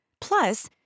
Plus